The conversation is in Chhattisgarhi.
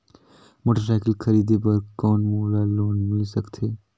मोटरसाइकिल खरीदे बर कौन मोला लोन मिल सकथे?